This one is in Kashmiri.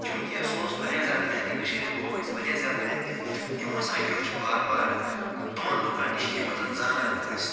چوٗنٛکہِ سُہ اوس واریاہ زیادٕ محنتی کٔشیٖر ہنٛدۍ لوٗکھ ٲسۍ واریاہ زیادٕ محنتی یِموٚو ہسا ہیٛوچھ وارٕ وارٕ تِمَن لوٗکَن نِش یِم زَن زانان ٲسۍ